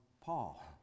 Paul